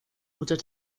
muchas